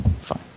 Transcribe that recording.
fine